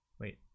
Wait